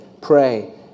pray